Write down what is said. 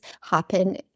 happen